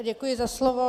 Děkuji za slovo.